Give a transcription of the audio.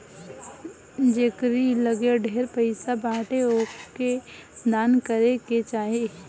जेकरी लगे ढेर पईसा बाटे ओके दान करे के चाही